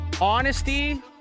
Honesty